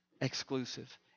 exclusive